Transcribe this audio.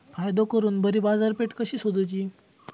फायदो करून बरी बाजारपेठ कशी सोदुची?